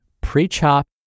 pre-chop